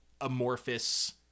amorphous